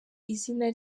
izina